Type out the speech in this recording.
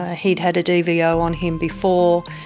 ah he'd had a dvo on him before,